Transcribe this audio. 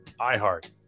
iheart